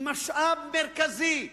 היא משאב מרכזי.